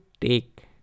take